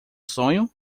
sonho